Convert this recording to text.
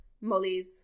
Molly's